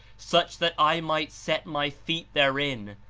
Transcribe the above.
such that i might set my feet therein,